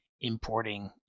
importing